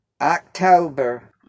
October